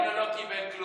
גם דנינו לא קיבל כלום.